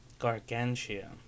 Gargantia